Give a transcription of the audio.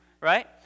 right